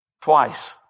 twice